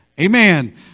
Amen